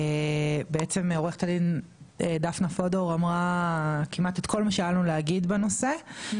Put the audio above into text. בעצם עוה"ד דפנה פודור אמרה כמעט את כל מה שהיה לנו להגיד בנושא,